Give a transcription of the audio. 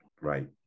right